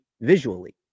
visually